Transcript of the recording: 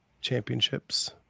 championships